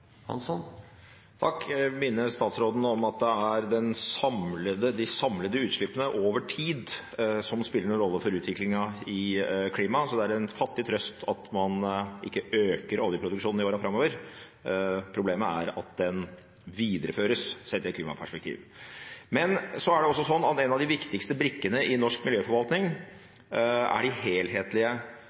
statsråden om at det er de samlede utslippene over tid som spiller en rolle for utviklingen i klimaet, så det er en fattig trøst at man ikke øker oljeproduksjonen i åra framover. Problemet er at den videreføres, sett i et klimaperspektiv. Men så er det også slik at en av de viktigste brikkene i norsk miljøforvaltning er de helhetlige